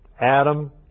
Adam